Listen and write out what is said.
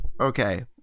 Okay